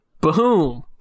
Boom